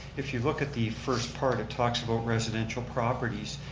if you look at the first part, it talks about residential properties.